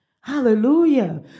hallelujah